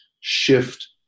shift